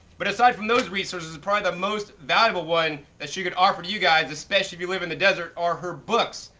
but aside from those resources, probably the most valuable one that she could offer to you guys, especially if you live in the desert, are her books.